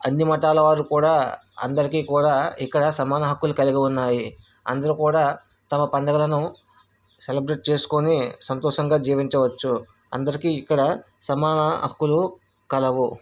అన్ని మతాలు వారు కూడా అందరికి కూడా ఇక్కడ సమాన హక్కులు కలిగి ఉన్నాయి అందరు కూడా తమ పండుగలను సెలెబ్రేట్ చేసుకోని సంతోషంగా జీవించవచ్చు అందరికి ఇక్కడ సమాన హక్కులు కలవు